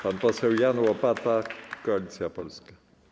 Pan poseł Jan Łopata, Koalicja Polska.